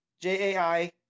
J-A-I